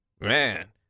Man